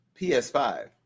PS5